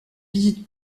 visite